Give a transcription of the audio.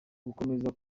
gukomeza